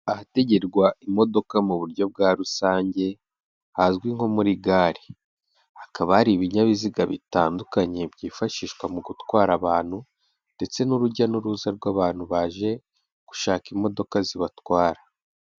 Ahategerwa imodoka mu buryo bwa rusange hazwi nko muri gare, hakaba hari ibinyabiziga bitandukanye byifashishwa mu gutwara abantu ndetse n'urujya n'uruza rw'abantu baje gushaka imodoka zibatwara.